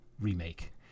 remake